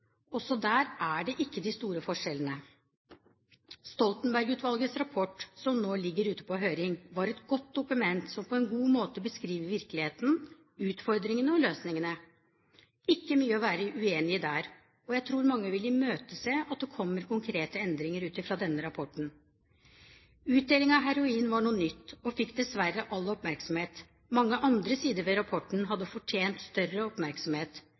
der er det de store forskjellene. Stoltenberg-utvalgets rapport som nå ligger ute på høring, er et godt dokument som på en god måte beskriver virkeligheten, utfordringene og løsningene – ikke mye å være uenig i der, og jeg tror mange vil imøtese at det kommer konkrete endringer ut ifra denne rapporten. Utdeling av heroin var noe nytt og fikk dessverre all oppmerksomhet. Mange andre sider ved rapporten hadde fortjent større oppmerksomhet.